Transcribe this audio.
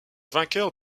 vainqueur